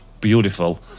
beautiful